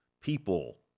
People